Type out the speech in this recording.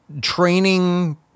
training